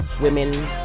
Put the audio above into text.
women